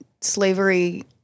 slavery